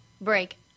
break